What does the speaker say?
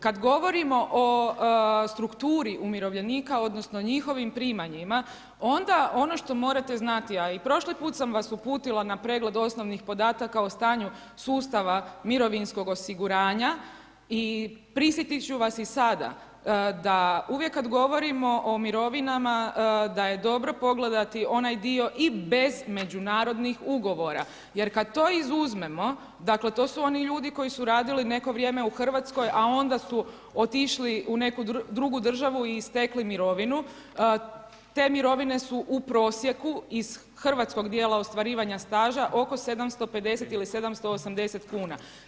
Kada govorimo o strukturi umirovljenika odnosno njihovim primanjima onda ono što morate znati, a i prošli puta sam vas uputila na pregled osnovnih podataka o stanju sustava mirovinskog osiguranja i prisjetit ću vas i sada da uvijek kada govorimo o mirovinama da je dobro pogledati onaj dio i bez međunarodnih ugovora jer kada to izuzmemo, dakle to su oni ljudi koji su radili neko vrijeme u Hrvatskoj, a onda su otišli u neku drugu državu i stekli mirovinu, te mirovine su u prosjeku iz hrvatskog dijela ostvarivanja staža oko 750 ili 780 kuna.